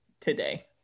today